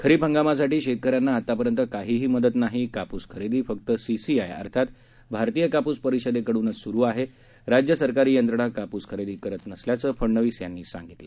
खरीप हंगामासाठी शेतकऱ्यांना आतापर्यंत काहीही मदत नाही कापूस खरेदी फक्त सीसीआय अर्थात भारतीय कापूस परिषदेकडूनच सुरू आहे राज्य सरकारी यंत्रणा कापूस खरेदी करत नसल्याचं फडनवीस यांनी सांगितलं